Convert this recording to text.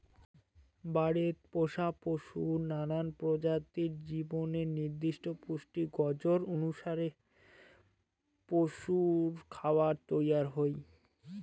বাড়িত পোষা পশুর নানান প্রজাতির জীবনের নির্দিষ্ট পুষ্টির গরোজ অনুসারে পশুরখাবার তৈয়ার হই